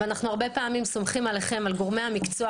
והרבה פעמים סומכים עליכם גורמי המקצוע